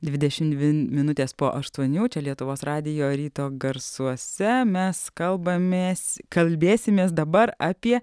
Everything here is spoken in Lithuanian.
dvidešim dvi minutės po aštuonių čia lietuvos radijo ryto garsuose mes kalbamės kalbėsimės dabar apie